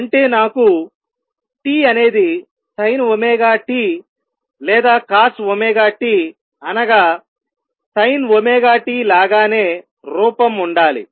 అంటే నాకు t అనేది sinωt లేదా cosωtఅనగా sinωtలాగానే రూపం ఉండాలి